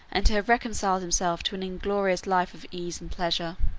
and to have reconciled himself to an inglorious life of ease and pleasure.